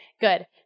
good